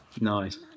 Nice